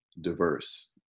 diverse